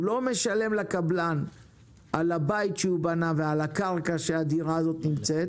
הוא לא משלם לקבלן על הבית שבנה ועל הקרקע שהדירה הזאת נמצאת,